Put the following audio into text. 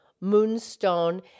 moonstone